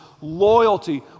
Loyalty